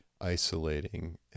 isolating